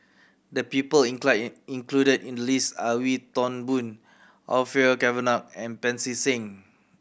the people in included in list are Wee Toon Boon Orfeur Cavenagh and Pancy Seng